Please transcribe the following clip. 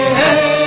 hey